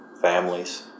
families